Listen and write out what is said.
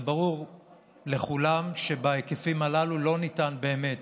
זה ברור לכולם שבהיקפים הללו לא ניתן באמת